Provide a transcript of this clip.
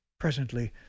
Presently